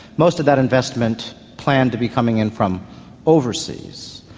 most of that investment planned to be coming in from overseas,